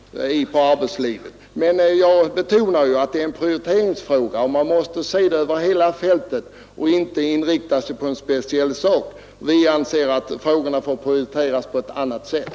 Herr talman! Vi är inte kallsinniga inför förhållandena i arbetslivet. Men jag betonade ju att det är en prioriteringsfråga. Man måste se över hela fältet och inte inrikta sig på en speciell sak. Vi anser att frågorna bör prioriteras på ett annat sätt.